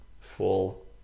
full